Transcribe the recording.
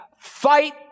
Fight